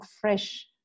fresh